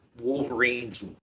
Wolverines